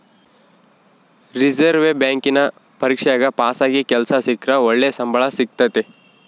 reserve ಬ್ಯಾಂಕಿನ ಪರೀಕ್ಷೆಗ ಪಾಸಾಗಿ ಕೆಲ್ಸ ಸಿಕ್ರ ಒಳ್ಳೆ ಸಂಬಳ ಸಿಕ್ತತತೆ